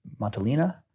Montalina